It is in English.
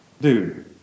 Dude